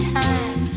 time